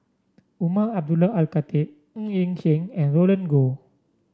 Umar Abdullah Al Khatib Ng Yi Sheng and Roland Goh